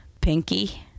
Pinky